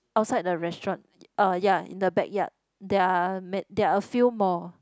outside the restaurant uh ya in the backyard there are man there are a few more